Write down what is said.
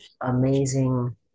amazing